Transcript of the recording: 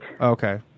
Okay